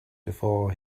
before